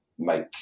make